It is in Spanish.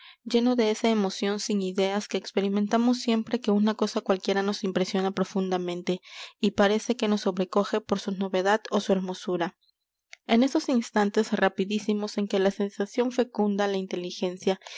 lleno de esa emoción sin ideas que experimentamos siempre que una cosa cualquiera nos impresiona profundamente y parece que nos sobrecoge por su novedad ó su hermosura en esos instantes rapidísimos en que la sensación fecunda la inteligencia